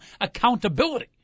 accountability